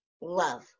love